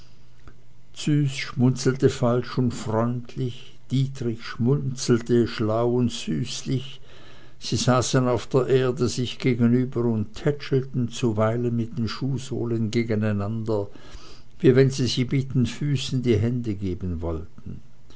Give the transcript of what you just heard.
züs schmunzelte falsch und freundlich dietrich schmunzelte schlau und süßlich sie saßen auf der erde sich gegenüber und tätschelten zuweilen mit den schuhsohlen gegeneinander wie wenn sie sich mit den füßen die hände geben wollten